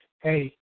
hey